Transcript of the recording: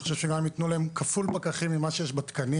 אני חושב שגם אם יתנו להם מספר כפול של פקחים ממה שיש בתקנים